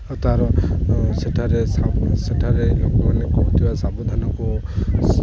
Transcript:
ଆଉ ତା'ର ସେଠାରେ ସେଠାରେ ଲୋକମାନେ କୁହୁଥିବା ସାବଧାନକୁ